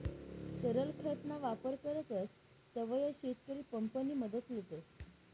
तरल खत ना वापर करतस तव्हय शेतकरी पंप नि मदत लेतस